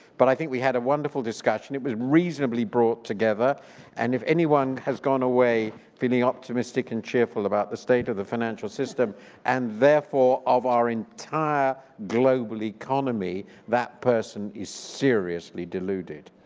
but i think we had a wonderful discussion. it was reasonably brought together and if anyone has gone away feeling optimistic and cheerful about the state of the financial system and therefore of our entire global economy, that person is seriously deluded.